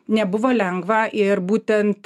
nebuvo lengva ir būtent